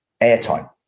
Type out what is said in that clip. airtime